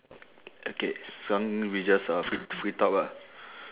okay this one we just uh free free talk ah